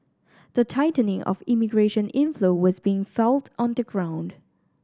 the tightening of immigration inflow was being felt on the ground